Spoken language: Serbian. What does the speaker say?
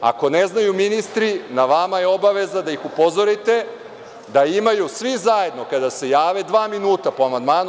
Ako ne znaju ministri, na vama je obaveza da ih upozorite da imaju svi zajedno kada se jave dva minuta po amandmanu.